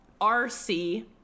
rc